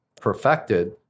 perfected